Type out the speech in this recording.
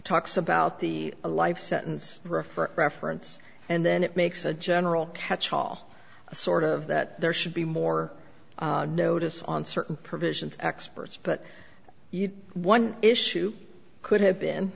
talks about the a life sentence for a for reference and then it makes a general catchall sort of that there should be more notice on certain provisions experts but one issue could have been